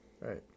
Right